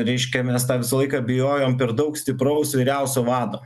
reiškia mes tą visą laiką bijojom per daug stipraus vyriausio vado